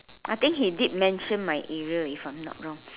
I think he did mention my area if I am not wrong